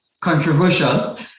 controversial